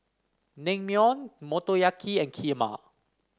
Naengmyeon Motoyaki and Kheema